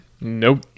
nope